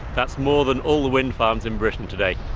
that's more than all the wind farms in britain today.